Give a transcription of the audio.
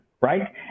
right